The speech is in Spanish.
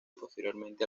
posteriormente